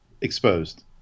exposed